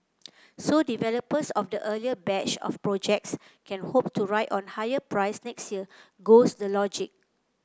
so developers of the earlier batch of projects can hope to ride on higher price next year goes the logic